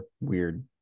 weird